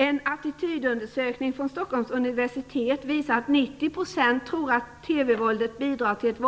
En attitydundersökning gjord vid Stockholms universitet visar att 90 % tror att TV-våldet bidrar till ett